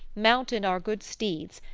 mounted our good steeds,